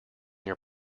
your